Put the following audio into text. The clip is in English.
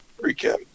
Recap